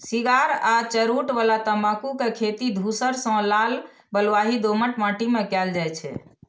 cigar आ चुरूट बला तंबाकू के खेती धूसर सं लाल बलुआही दोमट माटि मे कैल जाइ छै